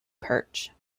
perch